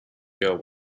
girl